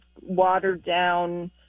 watered-down